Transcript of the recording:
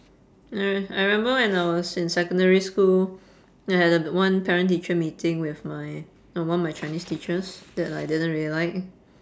I re~ I remember when I was in secondary school I had a one parent teacher meeting with my uh one of my chinese teachers that I didn't really like